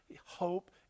hope